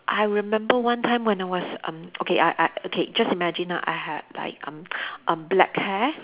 I remember one time when I was um okay I I okay just imagine ah I had like um um black hair